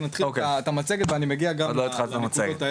רק נתחיל את המצגת ואני מגיע גם לנקודות האלה.